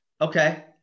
Okay